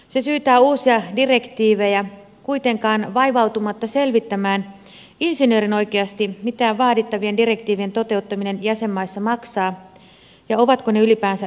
se syytää uusia direktiivejä kuitenkaan vaivautumatta selvittämään insinöörin oikeasti mitä vaadittavien direktiivien toteuttaminen jäsenmaissa maksaa ja ovatko ne ylipäänsä toteutettavissa